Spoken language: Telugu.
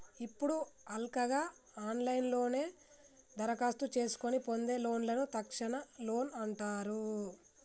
ఇప్పుడు హల్కగా ఆన్లైన్లోనే దరఖాస్తు చేసుకొని పొందే లోన్లను తక్షణ లోన్ అంటారు